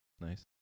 Nice